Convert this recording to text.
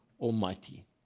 Almighty